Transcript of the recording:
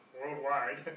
worldwide